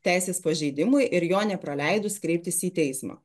teisės pažeidimui ir jo nepraleidus kreiptis į teismą